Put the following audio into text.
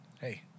hey